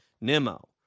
Nemo